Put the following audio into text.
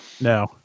No